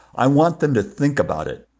i want them to think about it.